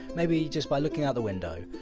maybe just by looking out the window,